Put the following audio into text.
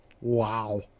Wow